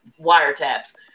wiretaps